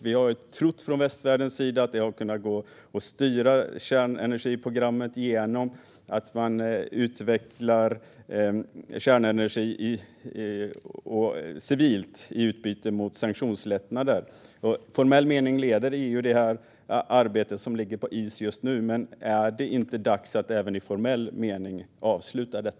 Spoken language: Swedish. Vi i västvärlden har trott att det har gått att styra kärnenergiprogrammet till att bli civilt, i utbyte mot sanktionslättnader. I formell mening leder EU det arbetet, som ligger på is just nu. Är det inte dags att även formellt avsluta det?